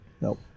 Nope